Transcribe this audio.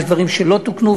יש דברים שלא תוקנו,